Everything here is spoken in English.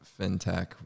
FinTech